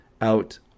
out